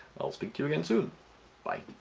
i'll speak to you again soon bye.